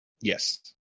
yes